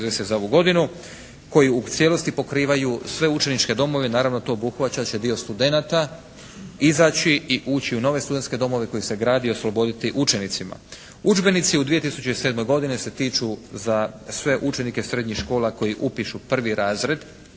za ovu godinu, koji u cijelosti pokrivaju sve učeničke domove, naravno to obuhvaćat će dio studenata, izaći i ući u nove studenske domove koji se grade i osloboditi učenicima. Udžbenici u 2007. godini se tiču za sve učenike srednjih škola koji upišu prvi razred